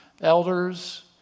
elders